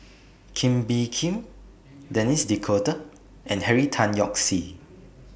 Kee Bee Khim Denis D'Cotta and Henry Tan Yoke See